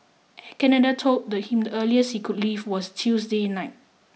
Canada told him the earliest he could leave was Tuesday night